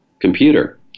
computer